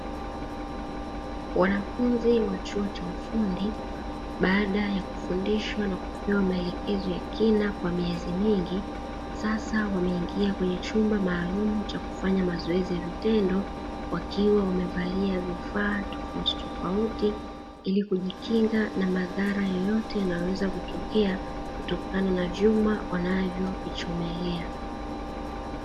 Wanafunzi wa chuo cha ufundi baada ya kufundishwa na kupewa maelekezo ya kina kwa miezi mingi, sasa wameingia kwenye chumba maalumu cha kufanya mazoezi ya vitendo wakiwa wamevalia vifaa tofautitofauti, ili kujikinga na madhara yoyote yanayoweza kutokea kutokana na vyuma wanavyovichomelea.